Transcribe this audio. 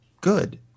good